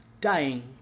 dying